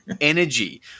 energy